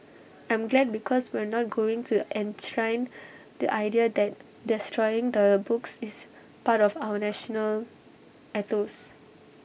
I'm glad because we're not going to enshrine the idea that destroying books is part of our national ethos